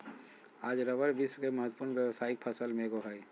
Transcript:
आज रबर विश्व के महत्वपूर्ण व्यावसायिक फसल में एगो हइ